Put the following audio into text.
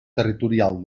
territorial